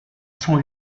sont